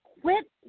quit